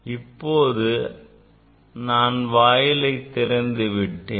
இப்போது நான் வாயிலை திறந்து விட்டேன்